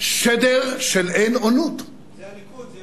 שדר של אין-אונות, זה הליכוד.